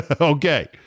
Okay